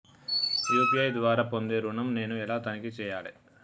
UPI ద్వారా పొందే ఋణం నేను ఎలా తనిఖీ చేయాలి?